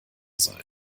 sein